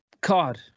card